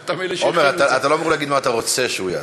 עמר, אתה לא אמור להגיד מה אתה רוצה שהוא יעשה.